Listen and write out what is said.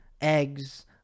eggs